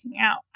out